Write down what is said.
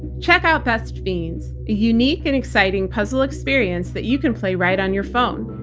check out best fiends, a unique and exciting puzzle experience that you can play right on your phone.